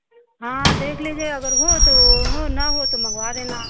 हाँ देख लीजिए अगर हो तो हो ना हो तो मंगवा देना